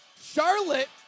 Charlotte